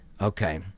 Okay